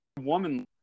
woman